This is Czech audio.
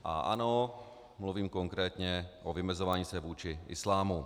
A ano, mluvím konkrétně o vymezování se vůči islámu.